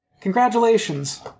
Congratulations